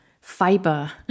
fiber